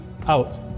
out